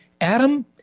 Adam